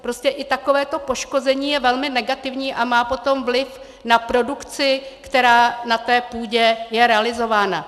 Prostě i takovéto poškození je velmi negativní a má potom vliv na produkci, která na půdě je realizovaná.